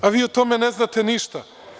Pa, vi o tome ne znate ništa.